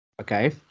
Okay